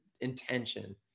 intention